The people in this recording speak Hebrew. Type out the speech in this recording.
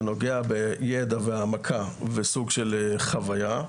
זה נוגע בידע והעמקה ובסוג של חוויה.